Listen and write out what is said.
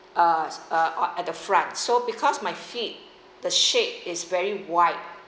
uh uh at the front so because my feet the shape is very wide